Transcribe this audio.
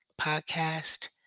podcast